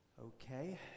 Okay